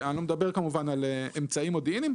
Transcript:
אני לא מדבר על אמצעים מודיעיניים,